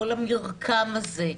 כל המרקם הזה.